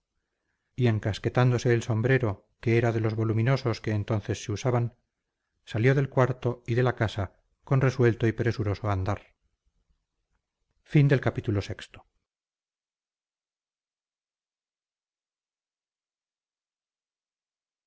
y encasquetándose el sombrero que era de los voluminosos que entonces se usaban salió del cuarto y de la casa con resuelto y presuroso andar